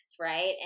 right